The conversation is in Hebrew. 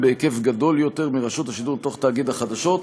בהיקף גדול יותר מרשות השידור לתוך תאגיד החדשות,